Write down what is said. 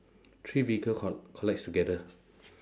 three vehicle col~ collides together